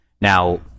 Now